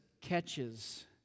catches